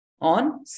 on